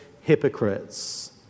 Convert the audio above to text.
hypocrites